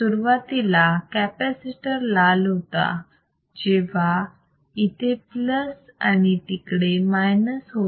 सुरुवातीला कॅपॅसिटर लाल होता जेव्हा येथे प्लस आणि तिकडे मायनस होते